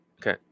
okay